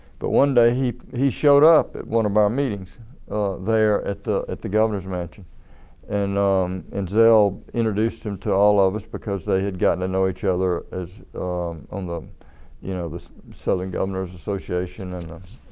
but one day, he he showed up at one of our meetings there at the at the governor's mansion and and zell introduced him to all of us because they had gotten to know each other as um you know the southern governors association and